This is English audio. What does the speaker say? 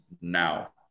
now